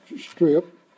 strip